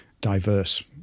diverse